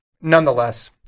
Nonetheless